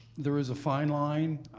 there is a fine line,